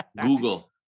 google